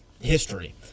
history